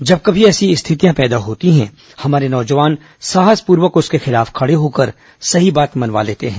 जब कमी ऐसी स्थितियां उत्पन्न होती हैं हमारे नौजवान साहसपूर्वक उसके खिलाफ खड़े होकर सही बात मनवा लेते हैं